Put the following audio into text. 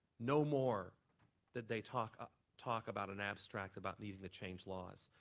no more did they talk ah talk about an abstract about needing the changed laws.